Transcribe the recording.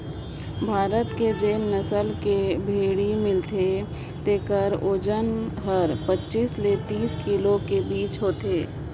भारत में जेन नसल कर भेंड़ी मिलथे तेकर ओजन हर पचीस ले तीस किलो कर बीच होथे